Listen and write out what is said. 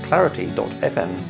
Clarity.fm